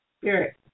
spirit